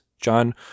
John